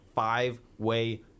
Five-way